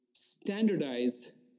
standardize